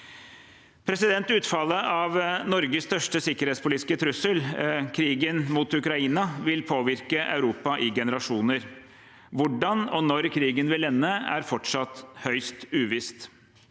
Utfallet av Norges største sikkerhetspolitiske trussel, krigen mot Ukraina, vil påvirke Europa i generasjoner. Hvordan og når krigen vil ende, er fortsatt høyst uvisst.